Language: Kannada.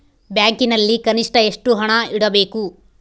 ಬ್ಯಾಂಕಿನಲ್ಲಿ ಕನಿಷ್ಟ ಎಷ್ಟು ಹಣ ಇಡಬೇಕು?